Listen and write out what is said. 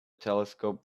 telescope